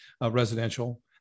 residential